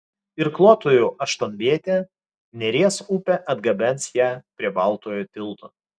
irkluotojų aštuonvietė neries upe atgabens ją prie baltojo tilto